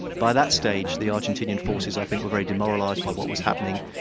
by that stage, the argentinean forces i think were very demoralised by what was happening.